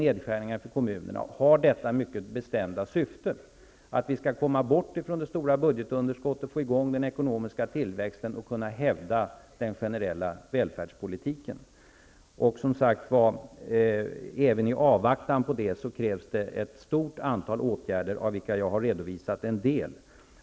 nedskärningar för kommunerna, har detta mycket bestämda syfte -- att vi skall komma bort från det stora budgetunderskottet, få i gång den ekonomiska tillväxten och kunna hävda den generella välfärdspolitiken. Och även i avvaktan på det krävs som sagt ett stort antal åtgärder, av vilka jag har redovisat en del.